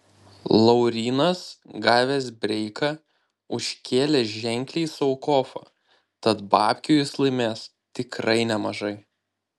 laurynas gavęs breiką užkėlė ženkliai sau kofą tad babkių jis laimės tikrai nemažai